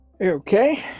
okay